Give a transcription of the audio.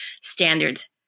standards